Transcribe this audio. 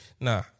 Nah